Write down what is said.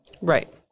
Right